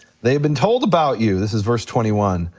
they've been told about you, this is verse twenty one,